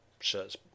shirts